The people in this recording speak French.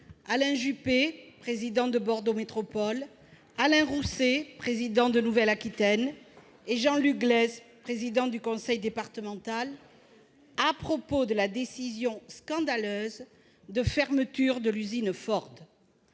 Alain Juppé, président de Bordeaux Métropole, Alain Rousset, président de la région Nouvelle-Aquitaine, et Jean-Luc Gleyze, président du conseil départemental de la Gironde, à propos de la décision scandaleuse de fermer l'usine Ford